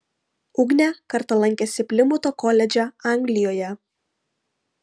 ugnė kartą lankėsi plimuto koledže anglijoje